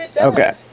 Okay